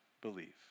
believe